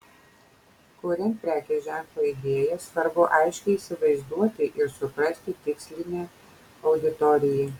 kuriant prekės ženklo idėją svarbu aiškiai įsivaizduoti ir suprasti tikslinę auditoriją